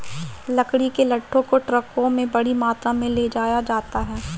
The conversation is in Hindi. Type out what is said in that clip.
लकड़ी के लट्ठों को ट्रकों में बड़ी मात्रा में ले जाया जाता है